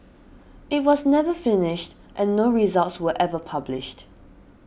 it was never finished and no results were ever published